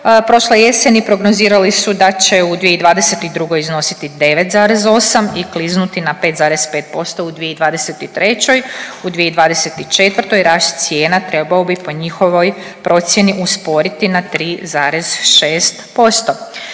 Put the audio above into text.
prošle jeseni prognozirali su da će u 2022. iznositi 9,8 i kliznuti na 5,5% u 2023. U 2024. rast cijena trebao bi po njihovoj procjeni usporiti na 3,6%.